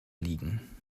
liegen